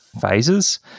phases